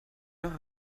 heure